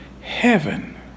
heaven